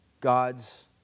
God's